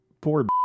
Poor